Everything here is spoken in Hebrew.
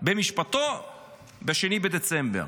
במשפטו ב-2 בדצמבר.